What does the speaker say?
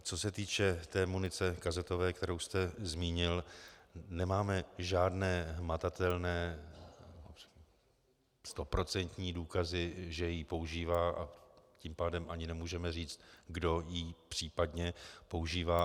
Co se týče munice kazetové, kterou jste zmínil, nemáme žádné hmatatelné stoprocentní důkazy, že ji používá, a tím pádem ani nemůžeme říct, kdo ji případně používá.